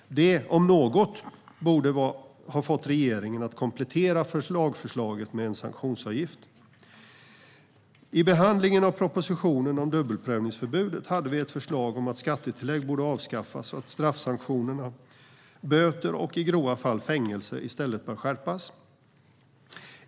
Det om något borde ha fått regeringen att komplettera lagförslaget med ett sanktionsavsnitt. I behandlingen av propositionen om dubbelprövningsförbudet hade vi ett förslag om att skattetillägg borde avskaffas och att straffsanktionen böter och i grova fall fängelse i stället bör skärpas.